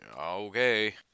okay